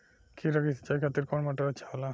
खीरा के सिचाई खातिर कौन मोटर अच्छा होला?